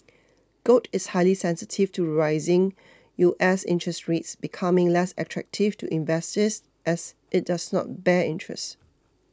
gold is highly sensitive to rising U S interest rates becoming less attractive to investors as it does not bear interest